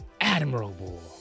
admirable